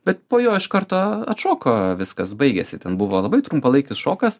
bet po jo iš karto atšoko viskas baigėsi ten buvo labai trumpalaikis šokas